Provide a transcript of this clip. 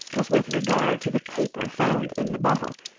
is with regard to the paper found in the bottle,